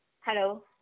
Hello